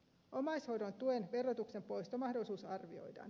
omaishoidon tuen verotuksen poistomahdollisuus arvioidaan